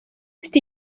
mfite